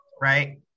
Right